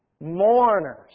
Mourners